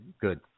Good